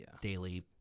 daily